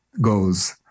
goes